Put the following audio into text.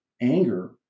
anger